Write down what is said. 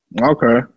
Okay